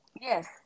Yes